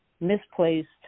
misplaced